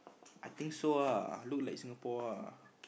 I think so ah look like Singapore ah